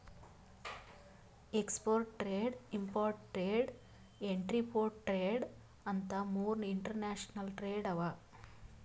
export trade, import trade, entrepot trade ಅಂತ್ ಮೂರ್ international trade ಅವಾ